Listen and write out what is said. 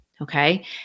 Okay